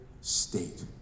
state